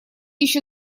еще